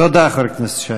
תודה, חבר הכנסת שי.